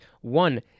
One